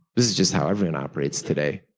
this is just how everyone operates today.